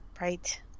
right